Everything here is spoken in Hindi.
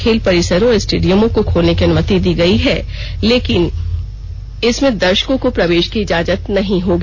खेल परिसरों और स्टेडियमों को खोलने की अनुमति दी गई है लेकिन इसमें दर्शकों को प्रवेश की इजाजत नहीं होगी